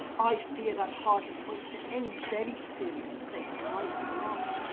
i fear that hardly points to any very serious state of mind at the last.